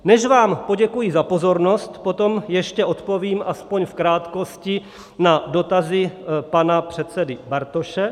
Než vám poděkuji za pozornost, potom ještě odpovím aspoň v krátkosti na dotazy pana předsedy Bartoše.